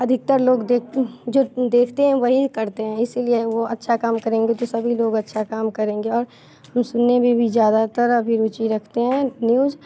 अधिकतर लोग देखते हैं जो देखते हैं वही करते हैं इसलिए वो अच्छा काम करेंगे तो सभी लोग अच्छा काम करेंगे और उसने भी ज़्यादा तरह अभी रुचि रखते हैं न्यूज़